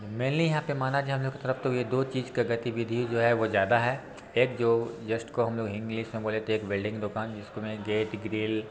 mainly यहाँ पे माना जाए हम लोग के तरफ़ तो ये दो चीज़ की गतिविधि जो है वो ज़्यादा है एक जो जष्ट को हम लोग हिंग्लिस में बोले थे एक वेल्डिंग दुकान जिसको में गेट ग्रिल